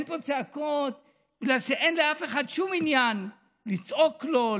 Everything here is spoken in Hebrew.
אין פה צעקות בגלל שאין לאף אחד שום עניין לצעוק לו,